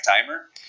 timer